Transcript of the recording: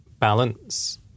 balance